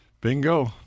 Bingo